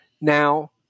Now